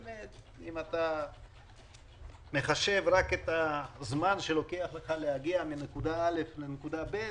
אם אתה מחשב רק את הזמן שלוקח לך להגיע מנקודה א' לנקודה ב',